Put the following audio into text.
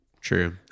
True